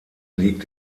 liegt